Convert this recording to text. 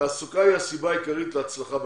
תעסוקה היא הסיבה העיקרית להצלחה בקליטה,